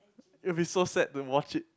it will be so sad to watch it